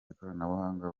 ikoranabuhanga